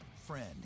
friend